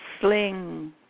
sling